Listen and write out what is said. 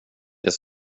det